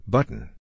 Button